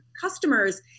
customers